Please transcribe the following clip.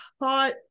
hot